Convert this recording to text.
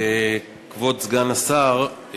כבוד סגן השר,